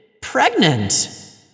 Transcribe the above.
pregnant